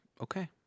Okay